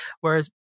Whereas